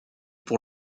pour